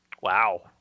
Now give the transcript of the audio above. Wow